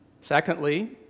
Secondly